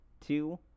two